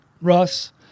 Russ –